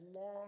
long